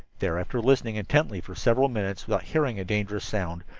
there, after listening intently for several minutes without hearing a dangerous sound,